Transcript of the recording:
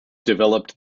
developed